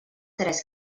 tres